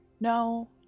No